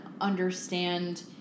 understand